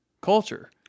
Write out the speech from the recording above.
culture